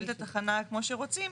למה דווקא של משטרת ישראל?